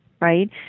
right